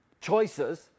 choices